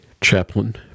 Chaplain